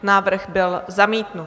Návrh byl zamítnut.